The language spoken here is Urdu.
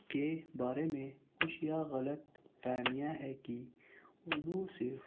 کے بارے میں کچھ یا غلط فہمیاں ہیں کہ اردو صرف